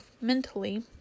mentally